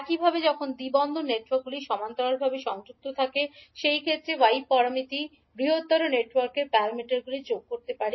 একইভাবে যখন দ্বি পোর্ট নেটওয়ার্কগুলি সমান্তরালভাবে সংযুক্ত থাকে সেই ক্ষেত্রে y প্যারামিটার বৃহত্তর নেটওয়ার্কের y প্যারামিটারগুলি যোগ করতে পারে